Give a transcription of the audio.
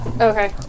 Okay